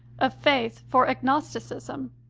of faith for agnos ticism,